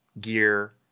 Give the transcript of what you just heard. gear